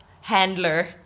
handler